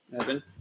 Evan